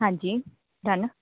ਹਾਂਜੀ ਡੰਨ